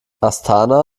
astana